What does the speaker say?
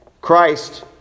Christ